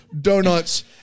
donuts